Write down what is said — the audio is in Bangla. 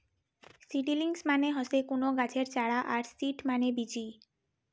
সিডিলিংস মানে হসে কুনো গাছের চারা আর সিড মানে বীচি